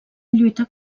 lluita